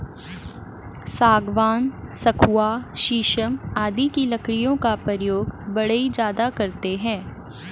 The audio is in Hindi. सागवान, सखुआ शीशम आदि की लकड़ियों का प्रयोग बढ़ई ज्यादा करते हैं